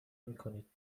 میکنید